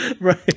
right